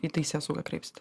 į teisėsaugą kreipsit